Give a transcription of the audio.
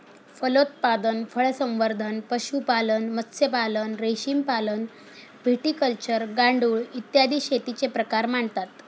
फलोत्पादन, फळसंवर्धन, पशुपालन, मत्स्यपालन, रेशीमपालन, व्हिटिकल्चर, गांडूळ, इत्यादी शेतीचे प्रकार मानतात